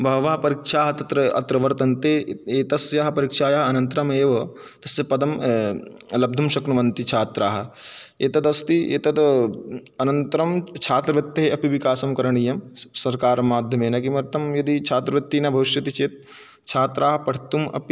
बहवः परीक्षाः तत्र अत्र वर्तन्ते एतस्याः परीक्षायाः अनन्तरमेव तस्य पदं लब्धुं शक्नुवन्ति छात्राः एतदस्ति एतद् अनन्तरं छात्रवृत्तेः अपि विकासः करणीयः स् सर्वकारमाध्यमेन किमर्थं यदि छात्रवृत्तिः न भविष्यति चेत् छात्राः पठितुम् अपि